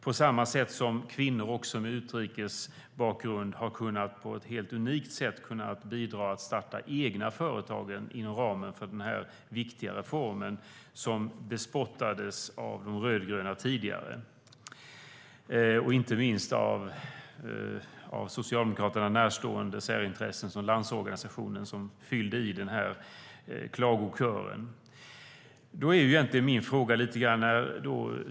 På samma sätt har kvinnor med utrikesbakgrund på ett helt unikt sätt kunnat starta egna företag inom ramen för den här viktiga reformen, som alltså tidigare bespottades av de rödgröna. Det gjordes även, och inte minst, av Socialdemokraterna närstående särintressen. Till exempel Landsorganisationen stämde in i klagokören.